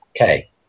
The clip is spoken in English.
Okay